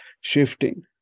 shifting